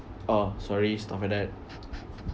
oh sorry stuff like that